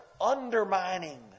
undermining